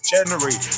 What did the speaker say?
January